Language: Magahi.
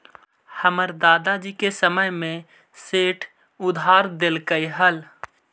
हमर दादा जी के समय में सेठ उधार देलकइ हल